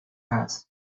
task